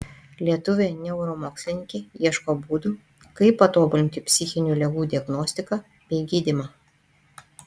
lietuvė neuromokslininkė ieško būdų kaip patobulinti psichinių ligų diagnostiką bei gydymą